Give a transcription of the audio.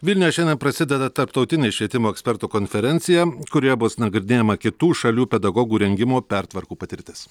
vilniuje šiandien prasideda tarptautinė švietimo ekspertų konferencija kurioje bus nagrinėjama kitų šalių pedagogų rengimo pertvarkų patirtis